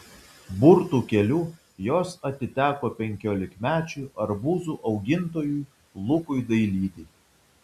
burtų keliu jos atiteko penkiolikmečiui arbūzų augintojui lukui dailidei